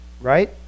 right